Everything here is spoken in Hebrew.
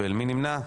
מי נמנע?